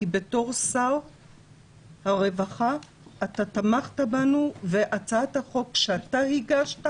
כי בתור שר הרווחה אתה תמכת בנו והצעת החוק שאתה הגשת